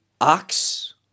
ox